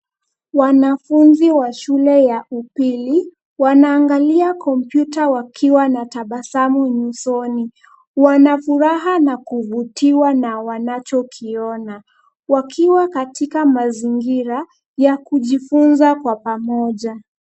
Wanafunzi wa shule ya upili wanaangalia kompyuta wakiwa na tabasamu nyusoni. Wana furaha na kuvutiwa na wanachokiona, wakiwa katika mazingira ya kujifunza kwa pamoja.